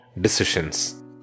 decisions